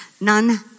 None